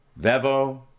Vevo